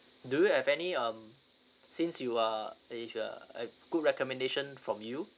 do you have any um since you are uh good recommendation from you